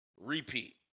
repeat